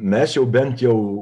mes jau bent jau